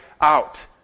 out